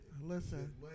Listen